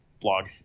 blog